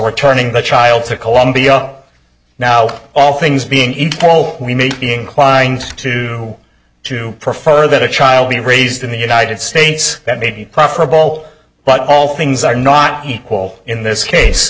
returning the child to colombia now all things being equal we need inclined to to prefer that a child be raised in the united states that maybe preferable but all things are not equal in this case